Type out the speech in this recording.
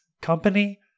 company